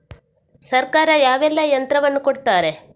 ಸರ್ಕಾರ ಯಾವೆಲ್ಲಾ ಯಂತ್ರವನ್ನು ಕೊಡುತ್ತಾರೆ?